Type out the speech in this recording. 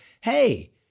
hey